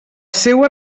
seua